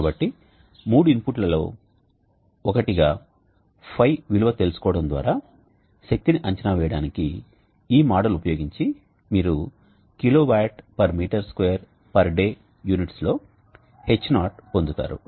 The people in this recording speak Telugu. కాబట్టి 3 ఇన్పుట్లలో ఒకటిగా ϕ విలువ తెలుసుకోవడం ద్వారా శక్తిని అంచనా వేయడానికి ఈ మోడల్ ఉపయోగించి మీరు kWm2day యూనిట్స్ లో H0 పొందుతారు